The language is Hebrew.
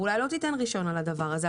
ואולי לא תיתן רישיון על הדבר הזה.